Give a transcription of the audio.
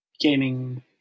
gaming